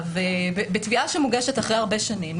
בתביעה שמוגשת אחרי הרבה שנים,